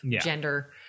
gender